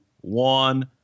one